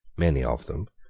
many of them,